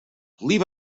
leave